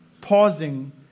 pausing